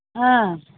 ꯑꯥ